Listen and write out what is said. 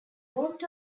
most